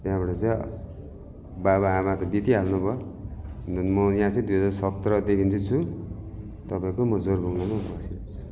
त्यहाँबाट चाहिँ बाबा आमा त बितिहाल्नुभयो अन्त म चाहिँ यहाँ दुई हजार सत्रदेखिन् चह्ही छु तपाईँको मो जोरबङ्गलामा बसिरहेको छु